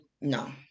no